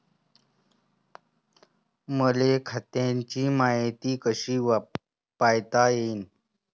मले खात्याची मायती कशी पायता येईन?